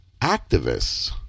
activists